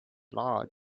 lord